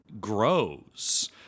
grows